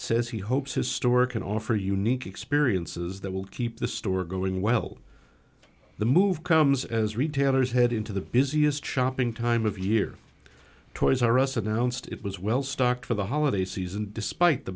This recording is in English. says he hopes his store can offer unique experiences that will keep the store going well the move comes as retailers head into the busiest shopping time of year toys r us announced it was well stocked for the holiday season despite the